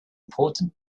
important